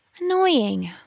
Annoying